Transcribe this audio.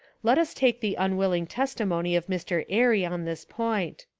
let us take the unwill ing testimony of mr. airy on this point.